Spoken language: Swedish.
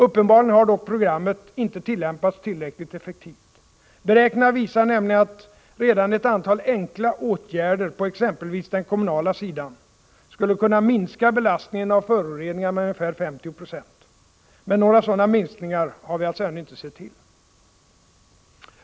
Uppenbarligen har dock programmet inte tillämpats tillräckligt effektivt. Beräkningar visar nämligen att redan ett antal enkla åtgärder på exempelvis den kommunala sidan skulle kunna minska belastningen av föroreningar med ungefär 50 26. Men några sådana minskningar har vi alltså ännu inte sett till.